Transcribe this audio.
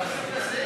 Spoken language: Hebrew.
לאן אתה הולך?